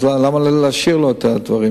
אז למה להשאיר לו את הדברים?